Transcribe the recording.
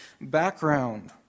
background